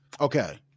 Okay